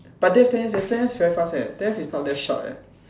but that's ten years leh ten years is very fast leh ten years is not even short leh